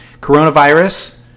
Coronavirus